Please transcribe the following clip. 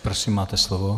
Prosím, máte slovo.